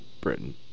Britain